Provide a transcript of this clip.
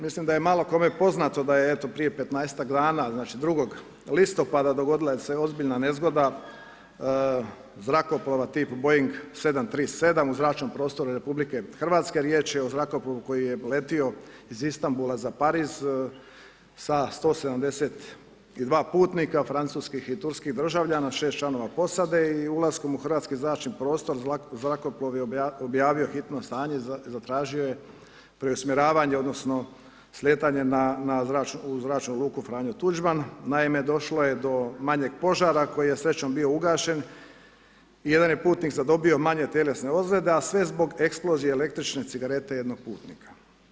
Mislim da je malo kome poznato da je eto prije 15ak dana, znači 2. listopada dogodila se ozbiljna nezgoda zrakoplova tip Boeing 737 u zračnom prostoru RH, riječ je o zrakoplovu koji je letio iz Istanbula za Pariz sa 172 putnika francuskih i turskih državljana, 6 članova posade i ulaskom u hrvatski zračni prostor zrakoplov je objavio hitno stanje i zatražio je preusmjeravanje, odnosno slijetanje u zračnu luku Franjo Tuđman, naime došlo je do manjeg požara koji je srećom bio ugašen, jedan je putnik zadobio manje tjelesne ozljede, a sve zbog eksplozije električne cigarete jednog putnika.